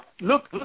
look